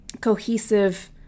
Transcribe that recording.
cohesive